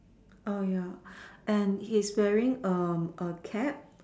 err ya and he's wearing um a cap